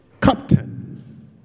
captain